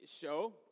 show